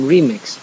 Remix